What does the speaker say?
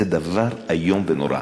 זה דבר איום ונורא.